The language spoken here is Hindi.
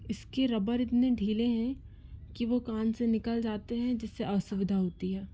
इसकी रबर इतने ढीले हैं कि वह कान से निकल जाते हैं जिससे असुविधा होती है